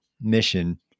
mission